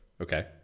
Okay